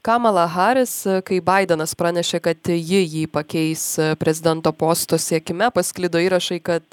kamala haris kai baidenas pranešė kad ji jį pakeis prezidento posto siekime pasklido įrašai kad